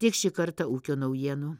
tiek šį kartą ūkio naujienų